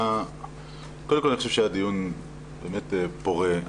קודם כל אני חושב שהדיון באמת פורה,